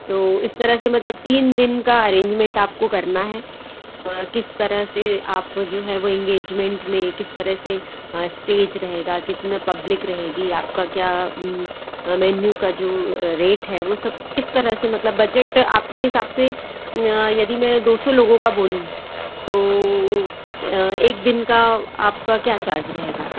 तो इस तरह से मतलब तीन दिन का अरेंजमेंट आपको करना है किस तरह से आप जो है वो इंगेजमेंट में किस तरह से इस्टेज रहेगा कितना पब्लिक रहेगी आपका क्या मेन्यू का जो रेट है वह सब किस तरह से मतलब बजट आपके हिसाब से यदि मैं दो सौ लोगों का बोलूँ तो एक दिन का आपका क्या चार्ज रहेगा